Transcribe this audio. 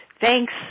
Thanks